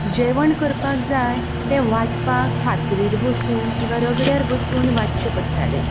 जेवण करपाक जाय तें वांटपाक फातरीर बसून किंवां रगड्यार बसून वांटचें पडटालें